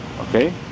Okay